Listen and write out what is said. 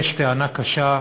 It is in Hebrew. יש טענה קשה,